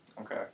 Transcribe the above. Okay